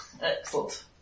Excellent